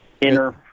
inner